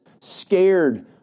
scared